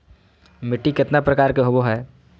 मिट्टी केतना प्रकार के होबो हाय?